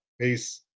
Peace